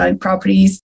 properties